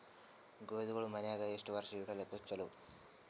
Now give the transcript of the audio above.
ಗೋಧಿಗಳು ಮನ್ಯಾಗ ಎಷ್ಟು ವರ್ಷ ಇಡಲಾಕ ಚಲೋ?